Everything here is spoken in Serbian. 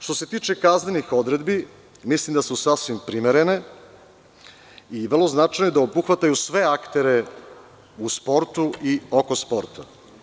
Što se tiče kaznenih odredbi, mislim da su sasvim primerene i vrlo je značajno da obuhvataju sve aktere u sportu i oko sporta.